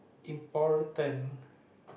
important